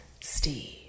Steve